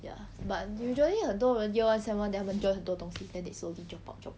ya but usually 很多人 year one sem one then 他们 join 很多东西 then they slowly drop out drop out